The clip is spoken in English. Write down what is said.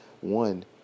one